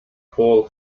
paul